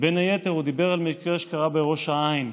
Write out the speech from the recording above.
בין היתר הוא דיבר על מקרה שקרה בראש העין.